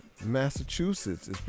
Massachusetts